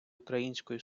українською